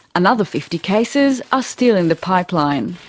another fifty cases are still in the pipeline.